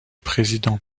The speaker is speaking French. président